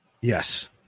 Yes